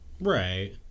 Right